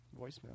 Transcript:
voicemail